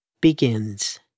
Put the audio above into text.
begins